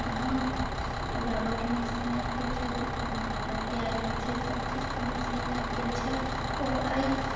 धान सु उड़ाबऽके मशीन आबि गेल छै गहुँम काटऽ के आबि गेल छै सभचीजके मशीन आबि गेल छै आओर अइ